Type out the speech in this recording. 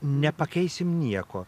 nepakeisim nieko